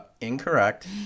Incorrect